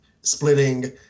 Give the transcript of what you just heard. splitting